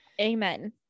Amen